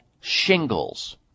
shingles